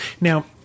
Now